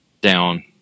down